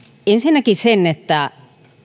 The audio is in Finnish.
ensinnäkin sen että